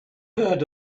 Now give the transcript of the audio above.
heard